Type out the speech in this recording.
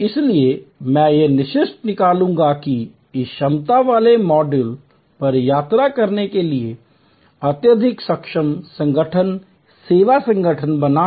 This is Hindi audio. इसलिए मैं यह निष्कर्ष निकालूंगा कि इस क्षमता वाले मॉड्यूल पर यात्रा करने के लिए अत्यधिक सक्षम संगठन सेवा संगठन बनाना